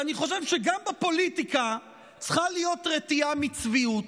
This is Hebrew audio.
אני חושב שגם בפוליטיקה צריכה להיות רתיעה מצביעות.